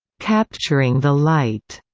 capturing the light,